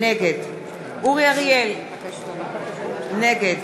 נגד אורי אריאל, נגד